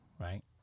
right